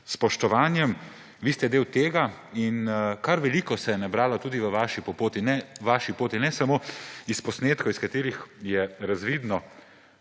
spoštovanjem, vi ste del tega in kar veliko se je nabralo tudi na vaši poti, ne samo iz posnetkov, iz katerih je razvidno,